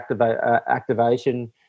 activation